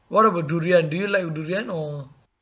what about durian do you like durian or